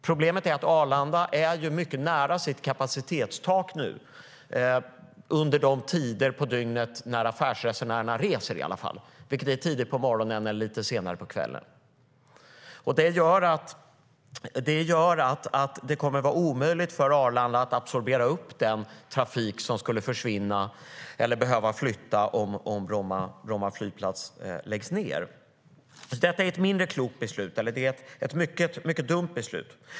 Problemet är att Arlanda är mycket nära sitt kapacitetstak, i alla fall under de tider på dygnet när affärsresenärerna reser, vilket är tidigt på morgonen och lite senare på kvällen. Det gör att det kommer att vara omöjligt för Arlanda att absorbera den trafik som skulle behöva flytta om Bromma flygplats läggs ned. Detta är ett mindre klokt beslut eller rättare sagt ett mycket dumt beslut.